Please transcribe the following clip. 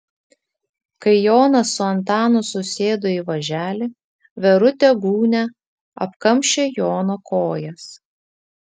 kai jonas su antanu susėdo į važelį verutė gūnia apkamšė jono kojas